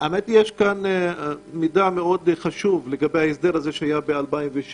האמת היא שיש כאן מידע מאוד חשוב לגבי ההסדר הזה שהיה ב-2006.